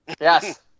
yes